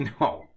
No